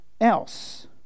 else